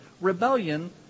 rebellion